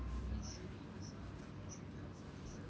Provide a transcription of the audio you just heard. and